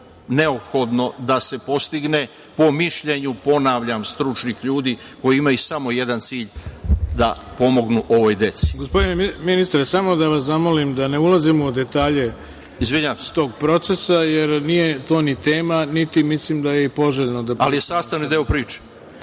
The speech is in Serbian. neophodno da se postigne po mišljenju, ponavljam stručnih ljudi, koji imaju samo jedan cilj da se pomogne ovoj deci. **Ivica Dačić** Gospodine ministre samo da vas zamolim da ne ulazimo u detalje tog procesa jer nije to ni tema, niti mislim da je poželjno. **Radomir Dmitrović** Ali, je sastavni deo priče.